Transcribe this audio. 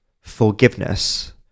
forgiveness